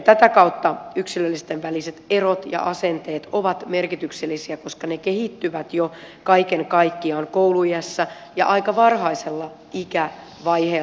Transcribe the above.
tätä kautta yksilöiden väliset erot ja asenteet ovat merkityksellisiä koska ne kehittyvät jo kaiken kaikkiaan kouluiässä ja aika varhaisella ikävaiheella